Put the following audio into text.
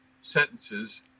sentences